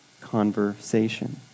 conversation